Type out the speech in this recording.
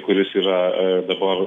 kuris yra dabar